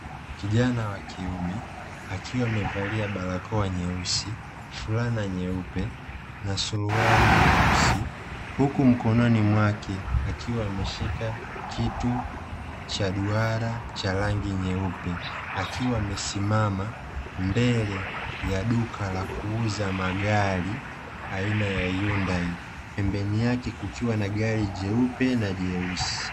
Kijana wa kiume akiwa amevalia barakoa nyeusi, flana nyeupe na suruali nyeusi, huku mkono wake akiwa ameshika kitu cha duara cha rangi nyeupe, akiwa amesimama mbele ya duka la kuuza magari aina ya "hyundai", pembeni yake kukiwa na gari jeupe na jeusi.